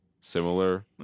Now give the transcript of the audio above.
Similar